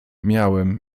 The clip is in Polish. miałem